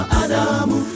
adamu